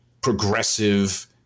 progressive